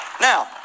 Now